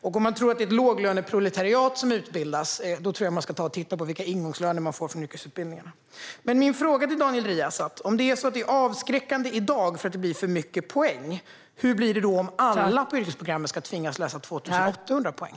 Den som tror att det är ett låglöneproletariat som utbildas tror jag dessutom ska ta och titta på vilka ingångslöner man får genom en yrkesutbildning. Min fråga till Daniel Riazat är: Om det är avskräckande i dag för att det blir för mycket poäng, hur blir det då om alla på yrkesprogrammen ska tvingas läsa 2 800 poäng?